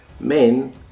Men